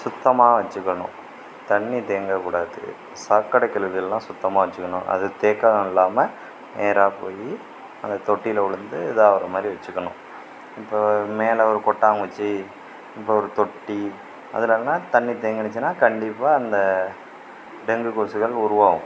சுத்தமாக வச்சிக்கணும் தண்ணி தேங்கக்கூடாது சாக்கடை கழிவுகள்லாம் சுத்தமாக வச்சிக்கணும் அது தேக்கம் இல்லாம நேராக போய் அந்த தொட்டியில விழுந்து இதாவற மாதிரி வச்சிக்கணும் இப்போ மேலே ஒரு கொட்டாங்குச்சி இப்போ ஒரு தொட்டி அதுலலாம் தண்ணி தேங்குனிச்சின்னா கண்டிப்பாக அந்த டெங்கு கொசுக்கள் உருவாவும்